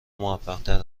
موفقتر